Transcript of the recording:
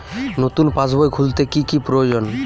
নতুন পাশবই খুলতে কি কি প্রয়োজন?